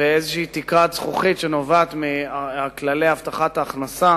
ואיזושהי תקרת זכוכית שנובעת מכללי הבטחת ההכנסה.